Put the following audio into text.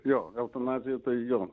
jo eutanazija tai jo